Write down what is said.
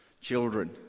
children